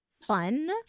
fun